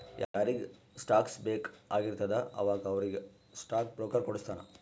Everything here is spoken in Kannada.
ಯಾರಿಗ್ ಸ್ಟಾಕ್ಸ್ ಬೇಕ್ ಆಗಿರ್ತುದ ಅವಾಗ ಅವ್ರಿಗ್ ಸ್ಟಾಕ್ ಬ್ರೋಕರ್ ಕೊಡುಸ್ತಾನ್